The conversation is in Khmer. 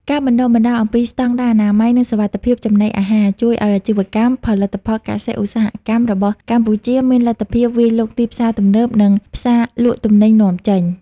ការបណ្ដុះបណ្ដាលអំពីស្ដង់ដារអនាម័យ និងសុវត្ថិភាពចំណីអាហារ ជួយឱ្យអាជីវកម្មផលិតផលកសិ-ឧស្សាហកម្មរបស់កម្ពុជាមានលទ្ធភាពវាយលុកទីផ្សារទំនើប និងផ្សារលក់ទំនិញនាំចេញ។